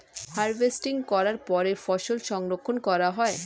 harvesting করার পরে ফসল সংরক্ষণ করা হয়